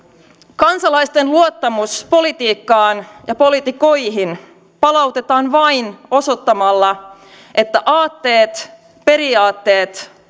kansalaisten luottamus politiikkaan ja poliitikkoihin palautetaan vain osoittamalla että aatteet periaatteet